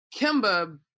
Kimba